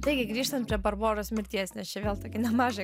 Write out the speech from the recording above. taigi grįžtant prie barboros mirties nes čia vėl tokį nemažą